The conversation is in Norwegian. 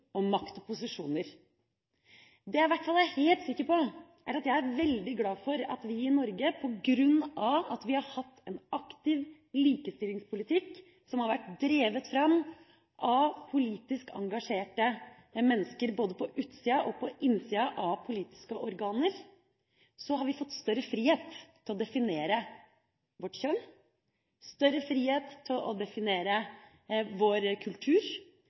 makt og posisjoner. Det jeg i hvert fall er helt sikker på, er at jeg er veldig glad for at vi i Norge – på grunn av at vi har hatt en aktiv likestillingspolitikk som har vært drevet fram av politisk engasjerte mennesker på både utsida og innsida av politiske organer – har fått større frihet til å definere vårt kjønn, vår kultur og hvordan vi ønsker å